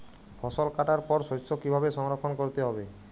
ফসল কাটার পর শস্য কীভাবে সংরক্ষণ করতে হবে?